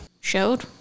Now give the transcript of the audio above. showed